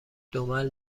دمل